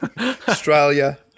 Australia